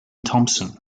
thomson